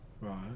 Right